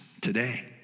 today